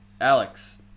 Alex